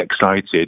excited